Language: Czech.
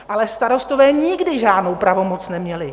Ale starostové nikdy žádnou pravomoc neměli.